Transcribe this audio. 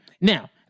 Now